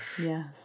Yes